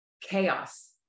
chaos